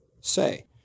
say